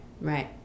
right